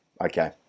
Okay